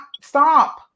stop